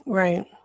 right